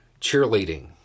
cheerleading